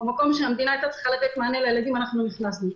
במקום שהמדינה הייתה צריכה לתת מענה לילדים אנחנו נכנסנו.